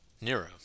Nero